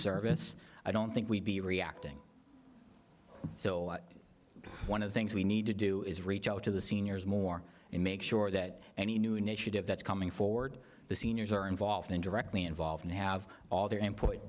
service i don't think we'd be reacting so one of the things we need to do is reach out to the seniors more and make sure that any new initiative that's coming forward the seniors are involved in directly involved and have all their input